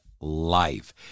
life